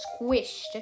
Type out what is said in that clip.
squished